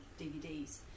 DVDs